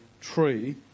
tree